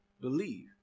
believe